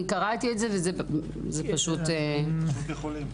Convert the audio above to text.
אני קראתי את זה וזה פשוט -- פשוט כי הם יכולים.